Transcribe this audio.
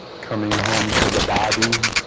coming home to the body